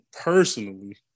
personally